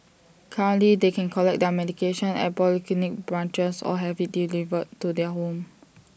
currently they can collect their medication at polyclinic branches or have IT delivered to their home